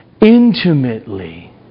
intimately